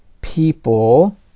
people